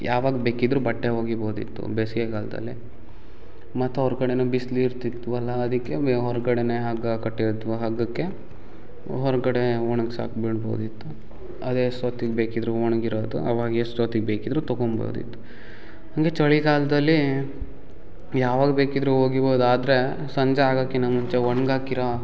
ಯಾವಾಗ ಬೇಕಿದ್ದರೂ ಬಟ್ಟೆ ಒಗಿಬೋದಿತ್ತು ಬೇಸ್ಗೆಗಾಲದಲ್ಲಿ ಮತ್ತು ಅವ್ರ ಕಡೆ ಬಿಸ್ಲು ಇರ್ತಿತ್ವಲಾ ಅದಕ್ಕೆ ಬೆ ಹೊರಗಡೆ ಹಗ್ಗ ಕಟ್ಟಿದ್ವು ಹಗ್ಗಕ್ಕೆ ಹೊರ್ಗಡೇ ಒಣಗ್ಸಾಕೆ ಬಿಡ್ಬೋದಿತ್ತು ಅದು ಎಷ್ಟೊತ್ತಿಗೆ ಬೇಕಿದ್ದರೂ ಒಣ್ಗಿರೋದು ಆವಾಗ ಎಷ್ಟೊತ್ತಿಗೆ ಬೇಕಿದ್ದರೂ ತಗೊಂಬೋದಿತ್ತು ಹಾಗೆ ಚಳಿಗಾಲ್ದಲ್ಲಿ ಯಾವಾಗ ಬೇಕಿದ್ದರೂ ಒಗಿಬೋದು ಆದರೆ ಸಂಜೆ ಆಗಕ್ಕಿನ ಮುಂಚೆ ಒಣ್ಗಾಕಿರೋ